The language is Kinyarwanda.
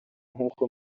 nkuko